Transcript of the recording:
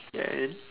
ya and